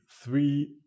three